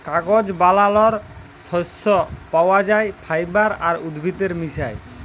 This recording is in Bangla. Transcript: কাগজ বালালর সর্স পাউয়া যায় ফাইবার আর উদ্ভিদের মিশায়